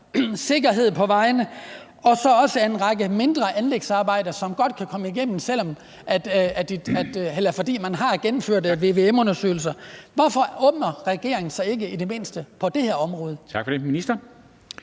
sikkerhed på vejene og også en række mindre anlægsarbejder, som godt kan gennemføres, fordi man har gennemført vvm-undersøgelserne. Hvorfor åbner regeringen så ikke i det mindste på det her område?